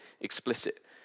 explicit